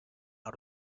out